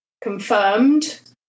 confirmed